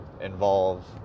involve